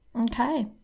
Okay